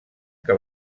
que